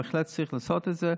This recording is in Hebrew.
בהחלט צריך לעשות את זה,